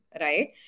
Right